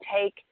take